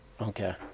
Okay